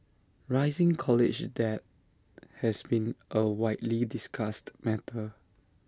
rising college debt has been A widely discussed matter